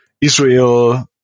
Israel